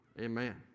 amen